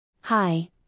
Hi